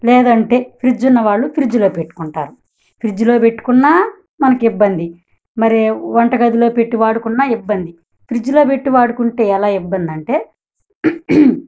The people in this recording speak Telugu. లేదంటే ఫ్రిడ్జ్ ఉన్నవాళ్ళు ఫ్రిడ్జ్లో పెట్టుకుంటారు ఫ్రిడ్జ్లో పెట్టుకున్నా మనకి ఇబ్బంది మరి వంటగదిలో పెట్టి వాడుకున్నా ఇబ్బంది ఫ్రిడ్జ్లో పెట్టి వాడుకుంటే ఎలా ఇబ్బందంటే